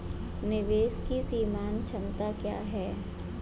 निवेश की सीमांत क्षमता क्या है?